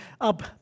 up